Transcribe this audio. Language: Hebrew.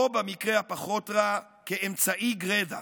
או במקרה הפחות-רע, כאמצעי גרידא,